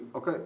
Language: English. Okay